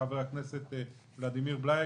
חבר הכנסת ולדימיר בליאק,